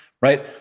right